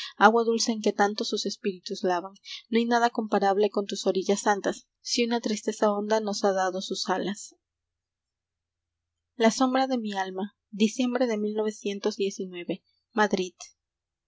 agua dulce en que tantos sus espíritus lavan no hay nada comparable con tus orillas santas si una tristeza honda nos ha dado sus alas á biblioteca nacional de españa diciembre de